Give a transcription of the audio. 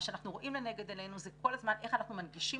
מה שאנחנו רואים לנגד עינינו זה כל הזמן איך אנחנו מנגישים